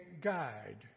guide